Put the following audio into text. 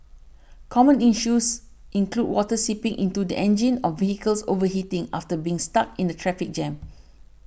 common issues include water seeping into the engine or vehicles overheating after being stuck in a traffic jam